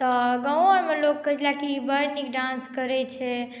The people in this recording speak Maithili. तऽ गाँवो आओरमे लोग कहैत छले जेकि ई बड़ नीक डांस करैत छै